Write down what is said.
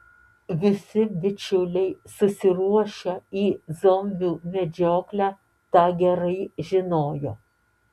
visi bičiuliai susiruošę į zombių medžioklę tą gerai žinojo